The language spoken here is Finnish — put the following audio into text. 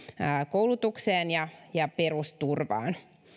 koulutukseen ja ja perusturvaan